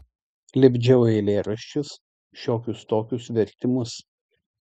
lipdžiau eilėraščius šiokius tokius vertimus